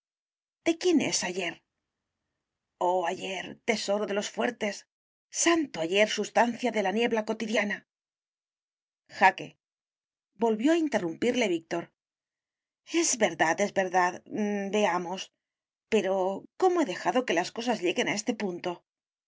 de quién es ayer oh ayer tesoro de los fuertes santo ayer sustancia de la niebla cotidiana jaque volvió a interrumpirle víctor es verdad es verdad veamos pero cómo he dejado que las cosas lleguen a este punto distrayéndote